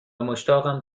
مشتاقم